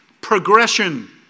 progression